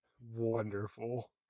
Wonderful